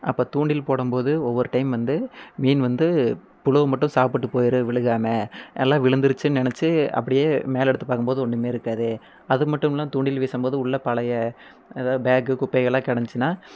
அப்போ தூண்டில் போடும்போது ஒவ்வொரு டைம் வந்து மீன் வந்து புழுவை மட்டும் சாப்பிட்டு போயிரும் விழுகாமல் எல்லாம் விழுத்துருச்சுன்னு நினச்சி அப்படியே மேலே எடுத்து பார்க்கும்போது ஒன்றுமே இருக்காது அது மட்டுமில்லாமல் தூண்டில் வீசும்போது உள்ள பழைய எதாவது பேகு குப்பைகள்லாம் கிடந்துச்சுனா